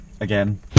again